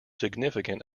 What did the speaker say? significant